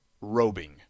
robing